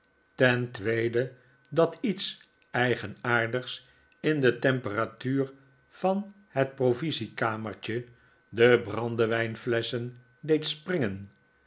ten tweede dat iets eigenaardigs in de temperatuur van het provisiekamertje de brandewijnflesschen deed springen